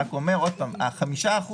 בשיעור 5%,